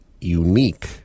unique